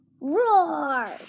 Roar